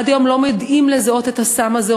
עד היום לא יודעים לזהות את הסם הזה,